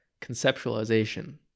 conceptualization